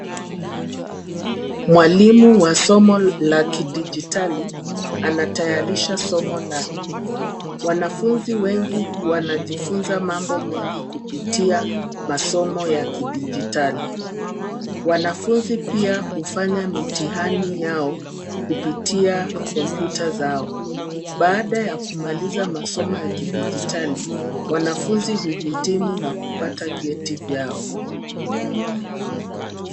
Mwalimu wa somo la kidijitali, anatayarisha somo lake, wanafunzi wengi wanajifunza mambo mengi kupitia masomo ya kidijitali. Wanafunzi pia hufanya mitihani yao kupitia kompyuta zao, baada ya kumaliza masomo ya kidijitali wanafunzi huhitimu na kupata vyeti vyao.